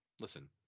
Listen